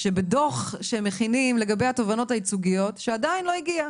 שבדו"ח שהם מכינים לגבי התובנות הייצוגיות שעדיין לא הגיע,